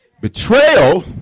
Betrayal